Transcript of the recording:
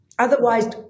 Otherwise